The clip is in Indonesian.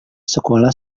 sekolah